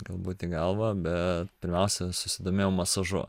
galbūt į galvą bet pirmiausia susidomėjo masažu